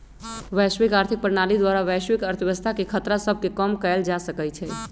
वैश्विक आर्थिक प्रणाली द्वारा वैश्विक अर्थव्यवस्था के खतरा सभके कम कएल जा सकइ छइ